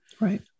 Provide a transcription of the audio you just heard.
Right